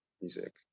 music